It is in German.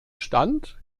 stand